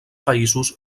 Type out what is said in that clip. països